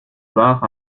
barre